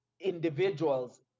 individuals